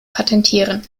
patentieren